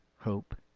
hope